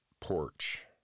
porch